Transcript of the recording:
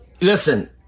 Listen